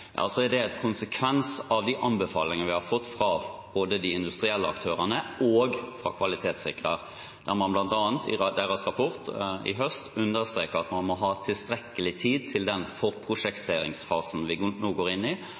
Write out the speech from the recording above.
så er det en konsekvens av de anbefalinger vi har fått fra både de industrielle aktørene og fra kvalitetssikrer, der de bl.a. i deres rapport i høst understreket at man må ha tilstrekkelig tid til den forprosjekteringsfasen vi nå går inn i.